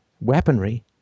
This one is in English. weaponry